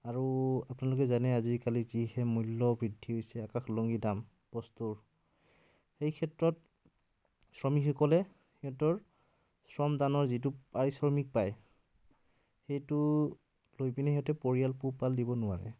আৰু আপোনালোকে জানে আজিকালি যিহে মূল্য় বৃদ্ধি হৈছে আকাশলংঘী দাম বস্তুৰ সেই ক্ষেত্ৰত শ্ৰমিকসকলে সিহঁতৰ শ্ৰমদানৰ যিটো পাৰিশ্ৰমিক পায় সেইটো লৈ পিনি সিহঁতে পৰিয়াল পোহপাল দিব নোৱাৰে